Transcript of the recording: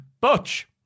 Butch